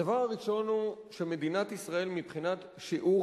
הדבר הראשון הוא שמדינת ישראל מבחינת שיעור